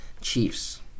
Chiefs